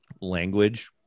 language